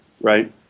right